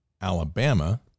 Alabama